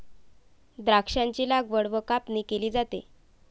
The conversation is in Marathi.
द्राक्षांची लागवड व कापणी केली जाते